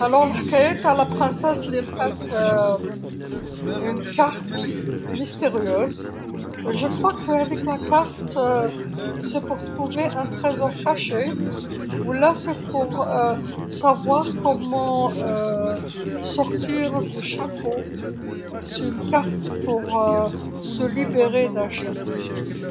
إذن الحكايه تاع الأميرة اللي لقات بطاقة غامضة، أظن أن هاديك البطاقة هي لإيجاد كنز مخفي ولا هي من أجل معرفة كيفية الخروج من القصر، هي بطاقة للتحرر من القصر.